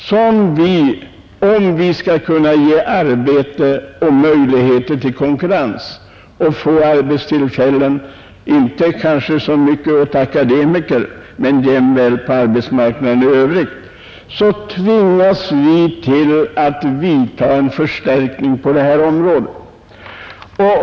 Om vi skall ha möjligheter att konkurrera och ge arbetstillfällen — kanske inte så mycket åt akademiker, utan framför allt på arbetsmarknaden i övrigt — tvingas vi att göra en förstärkning på detta område.